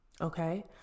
okay